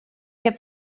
heb